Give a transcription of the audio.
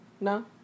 No